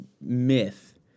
myth